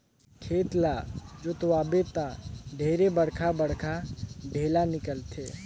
खेत ल जोतवाबे त ढेरे बड़खा बड़खा ढ़ेला निकलथे